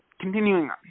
Continuing